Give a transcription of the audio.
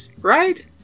right